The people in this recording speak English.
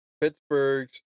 Pittsburgh's